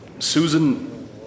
Susan